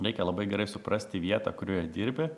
reikia labai gerai suprasti vietą kurioje dirbi